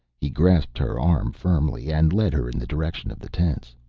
he grasped her arm firmly and led her in the direction of the tents.